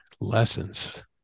lessons